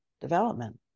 development